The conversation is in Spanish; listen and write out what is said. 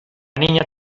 niña